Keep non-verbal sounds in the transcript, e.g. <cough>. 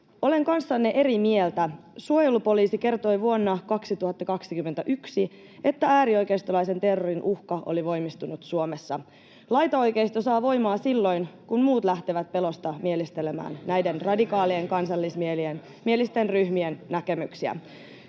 Olen kanssanne eri mieltä. Suojelupoliisi kertoi vuonna 2021, että äärioikeistolaisen terrorin uhka oli voimistunut Suomessa. Laitaoikeisto saa voimaa silloin, kun muut lähtevät pelosta mielistelemään <noise> näiden radikaalien kansallismielisten ryhmien näkemyksiä.